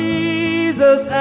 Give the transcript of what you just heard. Jesus